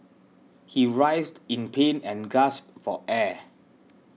he writhed in pain and gasped for air